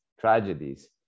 tragedies